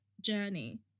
journey